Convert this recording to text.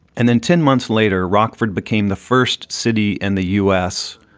and then ten months later, rockford became the first city in the u s.